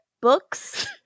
Books